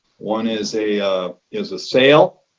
one is a ah is a sale.